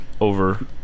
over